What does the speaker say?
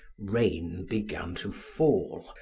rain began to fall,